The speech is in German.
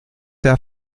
der